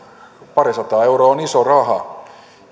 parisataa euroa on iso raha